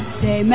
say